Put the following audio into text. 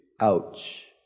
Ouch